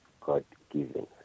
God-given